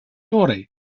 torej